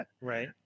right